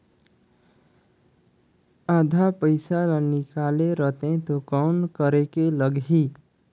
आधा पइसा ला निकाल रतें तो कौन करेके लगही?